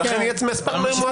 ולכן יהיה מספר מועט.